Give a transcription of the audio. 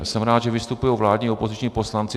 Jsem rád, že vystupují vládní i opoziční poslanci.